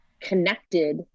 connected